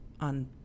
on